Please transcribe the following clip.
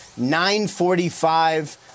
9.45